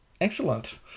excellent